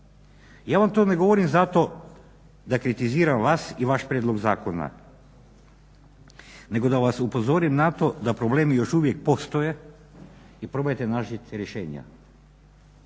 Ja vam to ne govorim zato da kritiziram vas i vaš prijedlog zakona nego da vas upozorim na to da problemi još uvijek postoje i probajte naći rješenja.